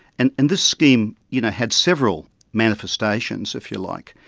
and and this scheme you know had several manifestations, if you like.